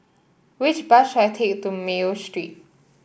which bus should I take to Mayo Street